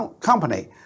Company